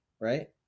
right